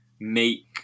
make